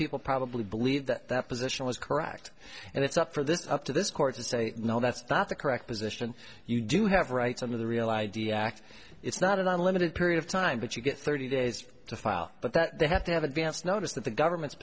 people probably believe that that position was correct and it's up for this up to this court to say no that's not the correct position you do have rights under the real i d act it's not an unlimited period of time but you get thirty days to file but that they have to have advance notice that the government's